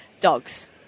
Dogs